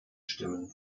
stimmen